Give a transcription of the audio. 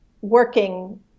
working